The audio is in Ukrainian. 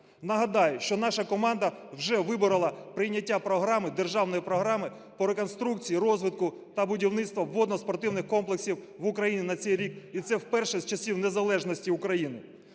Нагадаю, що наша команда вже виборола прийняття програми… державної програми по реконструкції і розвитку та будівництва водноспортивних комплексів в Україні на цей рік. І це вперше з часів незалежності України.